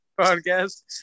podcast